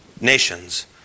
nations